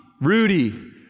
Rudy